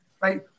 Right